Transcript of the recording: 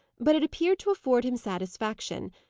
but it appeared to afford him satisfaction,